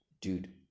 dude